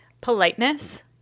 politeness